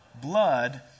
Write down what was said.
blood